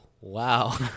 wow